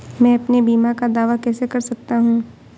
मैं अपने बीमा का दावा कैसे कर सकता हूँ?